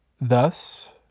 Thus